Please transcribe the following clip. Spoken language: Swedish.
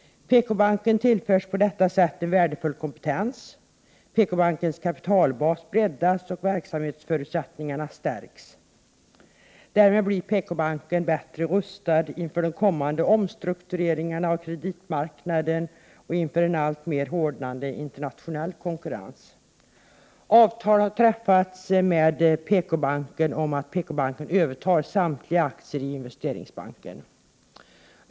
PKbanken tillförs på detta sätt en värdefull kompetens. PKbankens kapitalbas breddas och verksamhetsförutsättningarna stärks. Därmed blir PKbanken bättre rustad inför de kommande omstruktureringarna av kreditmarknaden och inför en alltmer hårdnande internationell konkurrens. Avtal har träffats med PKbanken om att PKbanken övertar samtliga aktier i Investeringsbanken.